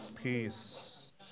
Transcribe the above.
Peace